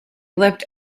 lived